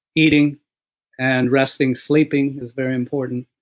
eating and resting, sleeping is very important.